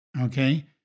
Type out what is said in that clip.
okay